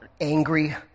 angry